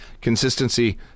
consistency